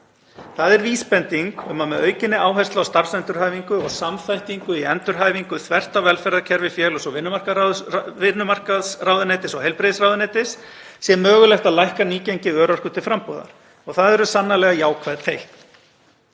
Það er vísbending um að með aukinni áherslu á starfsendurhæfingu og samþættingu í endurhæfingu, þvert á velferðarkerfi félags- og vinnumarkaðsráðuneytis og heilbrigðisráðuneytis, sé mögulegt að lækka nýgengi örorku til frambúðar og það eru sannarlega jákvæð teikn.